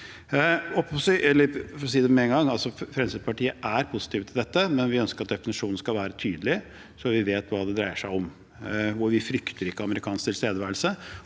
Fremskrittspartiet er positivt til dette, men vi ønsker at definisjonen skal være tydelig, så vi vet hva det dreier seg om. Vi frykter ikke amerikansk tilstedeværelse.